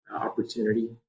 opportunity